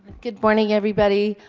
good morning, everybody.